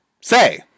say